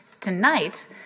Tonight